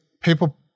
People